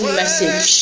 message